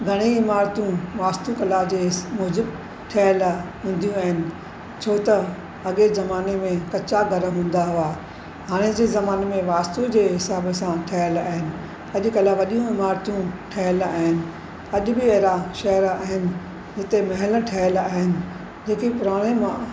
घणेई इमारतूं वास्तू कला जे हिस मुज़िबु ठहियलु हूंदियूं आहिनि छो त अॻिए ज़माने में कचा घर हूंदा हुआ हाणे जे ज़माने में वास्तू जे हिसाब सां ठहियलु आहिनि अॼुकल्ह वॾियूं इमारतियूं ठहियलु आहिनि अॼु बि अहिड़ा शहर आहिनि जिते महलु ठहियलु आहिनि जेके पुराणे मां